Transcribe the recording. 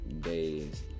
days